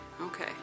Okay